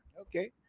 Okay